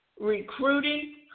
recruiting